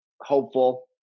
hopeful